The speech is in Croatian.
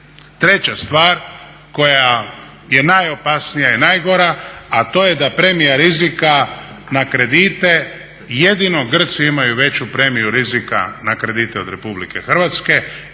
Treća stvar koja je najopasnija i najgora a to je da premija rizika na kredite jedino Grci imaju veću premiju rizika na kredite od Republike Hrvatske